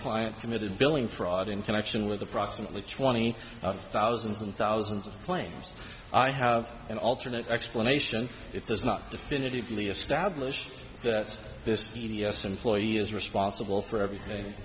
client committed billing fraud in connection with approximately twenty of thousands and thousands of claims i have an alternate explanation it does not definitively establish that this g d s employee is responsible for everything